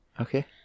Okay